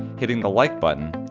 hitting the like button,